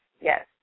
Yes